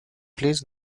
plays